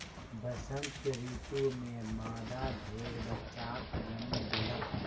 वसंत ऋतू में मादा भेड़ बच्चाक जन्म देलक